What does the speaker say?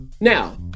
Now